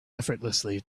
effortlessly